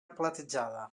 platejada